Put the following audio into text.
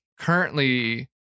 currently